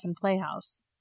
Playhouse